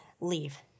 leave